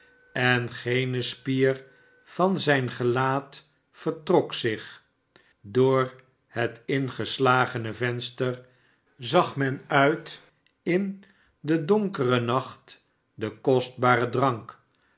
en geene spier van zijn gelaat vertrok zich door het ingeslagene venster zag men uit in den donkeren nacht de kostbare drank